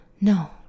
No